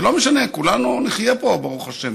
זה לא משנה, כולנו נחיה פה, ברוך השם.